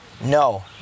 no